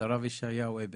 לרב ישעיהו הבר,